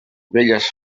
velles